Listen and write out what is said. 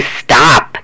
stop